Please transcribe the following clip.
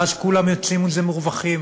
ואז כולם יוצאים מזה מורווחים: